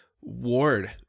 Ward